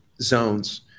zones